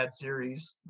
series